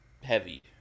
heavy